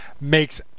makes